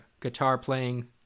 guitar-playing